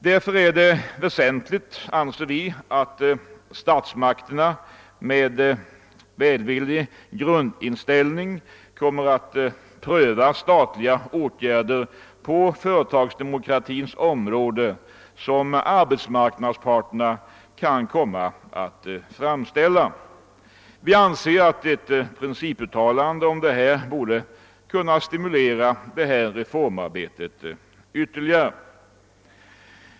Det är väsentligt, att statsmakterna med en välvillig grundinställning prövar sådana statliga åtgärder på företagsdemokratins område som arbetsmarknadsparterna kan komma att framställa önskemål om. Ett principuttalande härom borde ytterligare kunna stimulera reformarbetet.